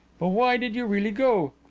but why did you really go?